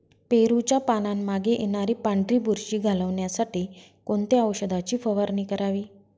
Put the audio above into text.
पेरूच्या पानांमागे येणारी पांढरी बुरशी घालवण्यासाठी कोणत्या औषधाची फवारणी करावी?